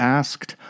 asked